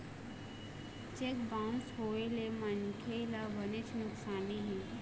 cheque bounce होए ले मनखे ल बनेच नुकसानी हे